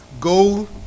Go